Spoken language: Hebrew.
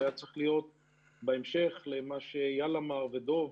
זה היה צריך להיות בהמשך למה שאיל אמר ודב,